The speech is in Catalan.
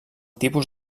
tipus